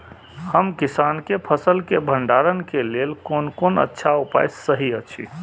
हम किसानके फसल के भंडारण के लेल कोन कोन अच्छा उपाय सहि अछि?